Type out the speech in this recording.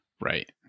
Right